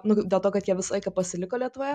nu dėl to kad jie visą laiką pasiliko lietuvoje